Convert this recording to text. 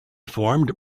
formed